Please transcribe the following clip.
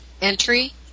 entry